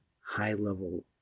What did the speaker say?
high-level